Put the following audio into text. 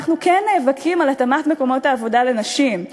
אנחנו כן נאבקים על התאמת מקומות העבודה לנשים,